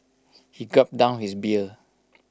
he gulped down his beer